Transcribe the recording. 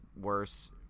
worse –